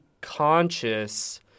conscious